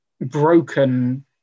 broken